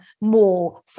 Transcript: more